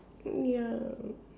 ya